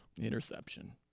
Interception